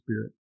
Spirit